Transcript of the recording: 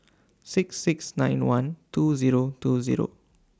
six six nine one two Zero two Zero